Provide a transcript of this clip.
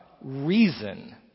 reason